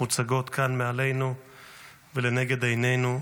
מוצגות כאן מעלינו ולנגד עינינו,